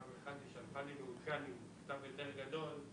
--- שלחו לנו מצגת מעודכנת עם כתב יותר גדול,